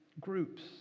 groups